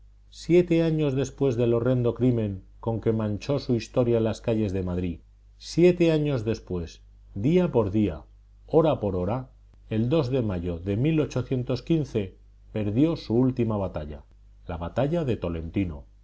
siete años después del horrendo crimen con que manchó su historia en las calles de madrid siete años después día por día hora por hora el de mayo de perdió su última batalla la batalla de tolentino